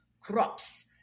crops